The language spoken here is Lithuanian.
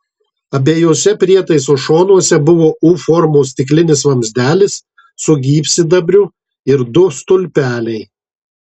abiejuose prietaiso šonuose buvo u formos stiklinis vamzdelis su gyvsidabriu ir du stulpeliai